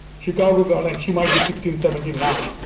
chicago girl and she might be sixteen, seventeen now.